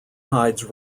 hides